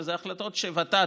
אבל אלה ההחלטות שוות"ת,